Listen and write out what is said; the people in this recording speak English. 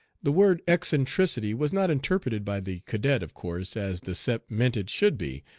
the word eccentricity was not interpreted by the cadet, of course, as the sep meant it should be,